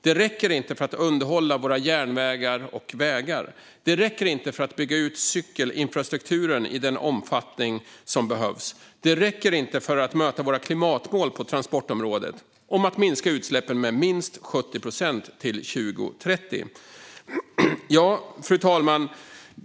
Det räcker inte för att underhålla våra järnvägar och vägar. Det räcker inte för att bygga ut cykelinfrastrukturen i den omfattning som behövs. Det räcker inte för att möta vårt klimatmål på transportområdet om att minska utsläppen med minst 70 procent till 2030. Fru talman!